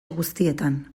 guztietan